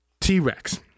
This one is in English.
T-Rex